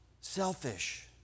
selfish